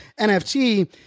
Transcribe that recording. NFT